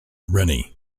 rennie